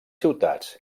ciutats